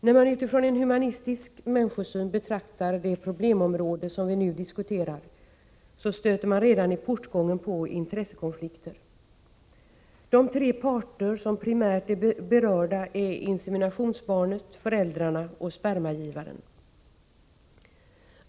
När man utifrån en humanistisk människosyn betraktar det problemområde som vi nu diskuterar stöter man redan i portgången på intressekonflikter. De tre parter som primärt är berörda är inseminationsbarnet, föräldrarna och spermagivaren.